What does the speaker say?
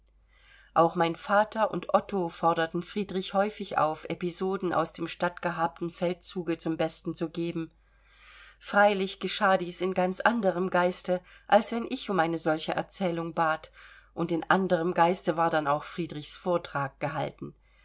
auch mein vater und otto forderten friedrich häufig auf episoden aus dem stattgehabten feldzuge zum besten zu geben freilich geschah dies in ganz anderem geiste als wenn ich um eine solche erzählung bat und in anderem geiste war dann auch friedrichs vortrag gehalten